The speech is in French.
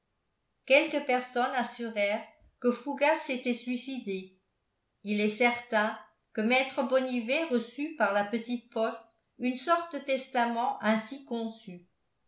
quelques personnes assurèrent que fougas s'était suicidé il est certain que maître bonnivet reçut par la petite poste une sorte de testament ainsi conçu